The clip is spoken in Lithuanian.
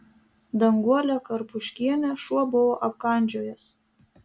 danguolę karpuškienę šuo buvo apkandžiojęs